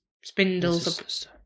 spindles